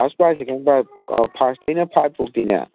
first prize second prize ꯐꯥꯔꯁꯇꯩꯅ five ꯐꯥꯎꯗꯤꯅꯦ